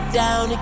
down